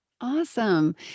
Awesome